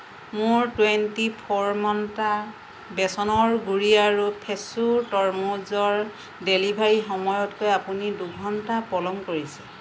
মোৰ twenty four Mantra বেচনৰ গুড়ি আৰু ফ্ৰেছো তৰমুজৰ ডেলিভাৰীৰ সময়তকৈ আপুনি দুঘণ্টা পলম কৰিছে